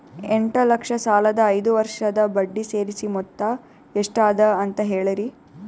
ಎಂಟ ಲಕ್ಷ ಸಾಲದ ಐದು ವರ್ಷದ ಬಡ್ಡಿ ಸೇರಿಸಿ ಮೊತ್ತ ಎಷ್ಟ ಅದ ಅಂತ ಹೇಳರಿ?